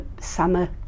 summer